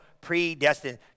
predestined